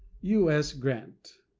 u s. grant.